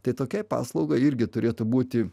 tai tokiai paslaugai irgi turėtų būti